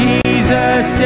Jesus